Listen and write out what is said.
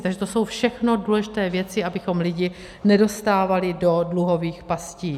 Takže to jsou všechno důležité věci, abychom lidi nedostávali do dluhových pastí.